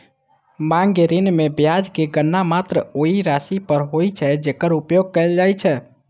मांग ऋण मे ब्याजक गणना मात्र ओइ राशि पर होइ छै, जेकर उपयोग कैल जाइ छै